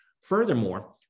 Furthermore